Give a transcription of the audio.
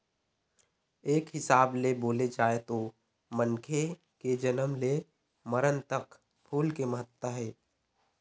एक हिसाब ले बोले जाए तो मनखे के जनम ले मरन तक फूल के महत्ता हे